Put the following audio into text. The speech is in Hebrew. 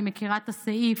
היא מכירה את הסעיף,